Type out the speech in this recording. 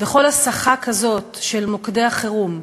וכל הסחה כזאת של מוקדי החירום,